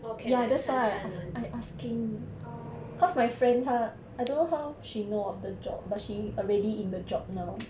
or can like 掺掺 [one] orh